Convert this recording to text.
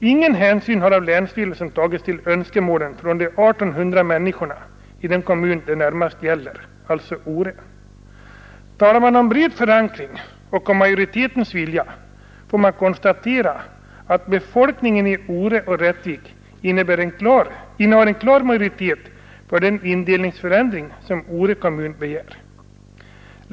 Ingen hänsyn har av länsstyrelsen tagits till önskemålen från de 1 800 människorna i den kommun =— alltså Ore — det närmast gäller. Talar man om bred förankring och majoritetens vilja, får man konstatera att befolkningen i Ore och Rättvik innehar en klar majoritet för den indelningsförändring som Ore kommun begär.